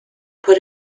put